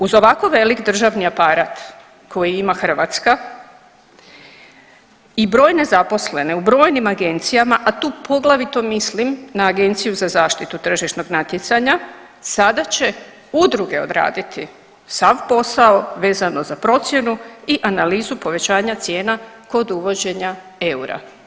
Uz ovako velik državni aparat koji ima Hrvatska i brojne nezaposlene u brojnim agencijama, a tu poglavito mislim na Agenciju za zaštitu tržišnog natjecanja sada će udruge odraditi sav posao vezano za procjenu i analizu povećanja cijena kod uvođenja eura.